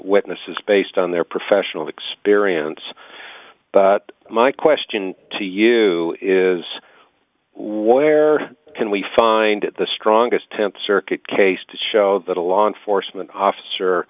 witnesses based on their professional experience but my question to you is where can we find the strongest th circuit case to show that a law enforcement officer